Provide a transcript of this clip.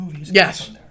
Yes